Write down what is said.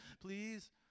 please